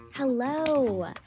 Hello